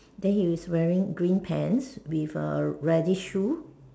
than he is wearing green pants with a reddish shoe